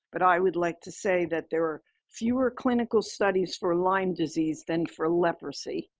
but i would like to say that there were fewer clinical studies for lyme disease than for leprosy,